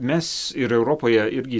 mes ir europoje irgi